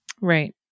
Right